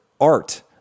art